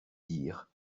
dires